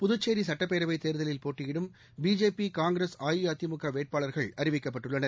புதுச்சேரிசுட்டப்பேரவைத் தேர்தலில் போட்டியிடும் பிஜேபி காங்கிரஸ் அஇஅதிமுகவேட்பாளர்கள் அறிவிக்கப்பட்டுள்ளனர்